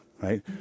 Right